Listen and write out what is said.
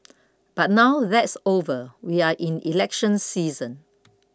but now that's over we are in election season